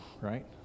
right